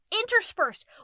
interspersed